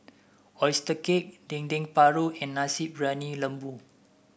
oyster cake Dendeng Paru and Nasi Briyani Lembu